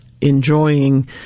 enjoying